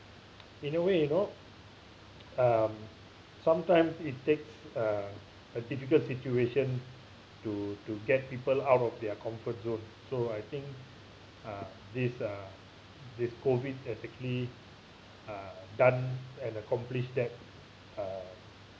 in a way you know um sometimes it takes uh a difficult situation to to get people out of their comfort zone so I think uh this uh this COVID have actually uh done and accomplished that uh